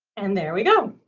and there we go.